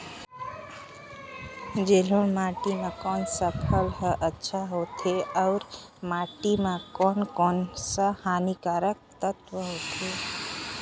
जलोढ़ माटी मां कोन सा फसल ह अच्छा होथे अउर माटी म कोन कोन स हानिकारक तत्व होथे?